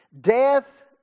Death